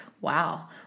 wow